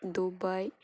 Dubai